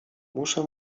muszę